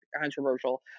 controversial